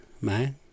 man